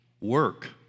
work